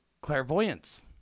clairvoyance